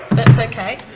that's okay.